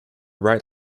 right